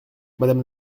madame